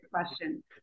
question